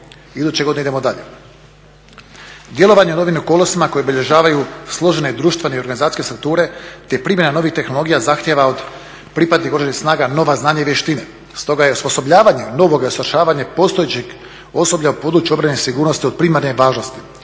Iduće godine idemo dalje. Djelovanje u ovom okolnostima koje obilježavaju složene i društvene, i organizacijske strukture te primjena novih tehnologija zahtjeva od pripadnika Oružanih snaga nova znanja i vještine. Stoga je i osposobljavanje novoga i svršavanja postojećeg osoblja u području obrane i sigurnosti od primarne važnost.